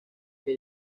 que